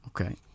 okay